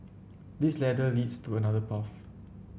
this ladder leads to another path